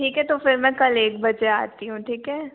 ठीक है तो फिर मैं कल एक बजे आती हूँ ठीक है